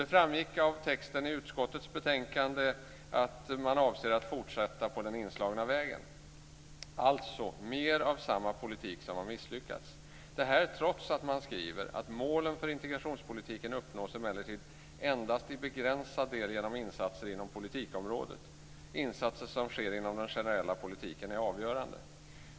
Det framgick av texten i utskottets betänkande att man avser att fortsätta på den inslagna vägen, alltså med mer av den politik som har misslyckats. Det sker trots att man skriver att målen för integrationspolitiken uppnås endast till begränsad del genom insatser inom politikområdet - insatser som sker inom den generella politiken är avgörande.